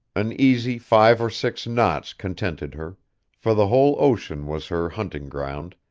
an easy five or six knots contented her for the whole ocean was her hunting ground,